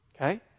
Okay